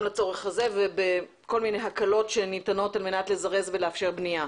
לצורך הזה ובכל מיני הקלות שניתנות על מנת לזרז ולאפשר בנייה.